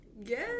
Yes